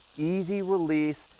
easy release,